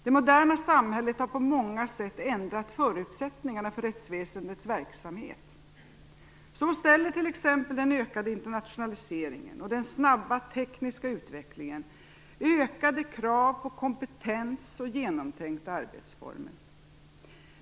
Det moderna samhället har på många sätt ändrat förutsättningarna för rättsväsendets verksamhet. Så ställer t.ex. den ökade internationaliseringen och den snabba tekniska utvecklingen ökade krav på kompetens och genomtänkta arbetsformer.